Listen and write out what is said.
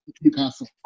Newcastle